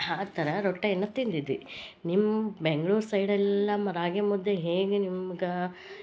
ಆ ಥರ ರೊಟ್ಟೆಯನ್ನ ತಿಂದಿದ್ವಿ ನಿಮ್ಮ ಬೆಂಗ್ಳೂರು ಸೈಡೆಲ್ಲ ರಾಗಿ ಮುದ್ದೆ ಹೇಗೆ ನಿಮ್ಗ